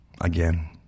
Again